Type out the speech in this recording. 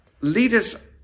leaders